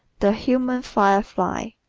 the human firefly